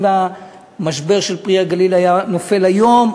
אם המשבר של "פרי הגליל" היה נופל היום,